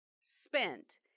spent